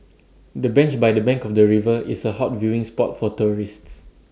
the bench by the bank of the river is A hot viewing spot for tourists